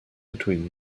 between